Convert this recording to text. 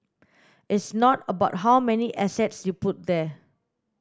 it's not about how many assets you put there